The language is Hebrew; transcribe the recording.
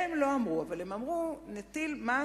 את זה הם לא אמרו, אבל הם אמרו: נטיל מס.